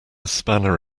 spanner